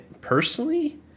personally